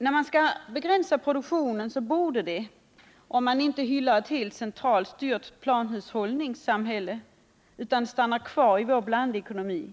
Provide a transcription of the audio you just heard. När man skall begränsa produktionen borde det — om man inte hyllar ett helt centralstyrt planhushållningssamhälle utan stannar kvar i vår blandekonomi